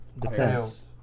defense